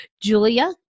Julia